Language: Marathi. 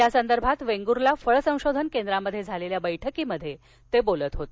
या संदर्भात वेंगूर्ला फळ संशोधन केंद्रामध्ये झालेल्या बैठकीत ते बोलत होते